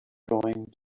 going